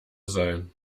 sein